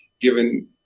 given